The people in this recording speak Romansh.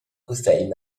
cussegl